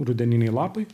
rudeniniai lapai